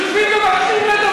יושבים פה אנשים,